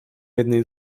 jednej